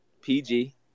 PG